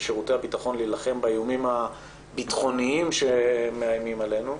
שירותי הביטחון להילחם באיומים הביטחוניים שמאיימים עלינו,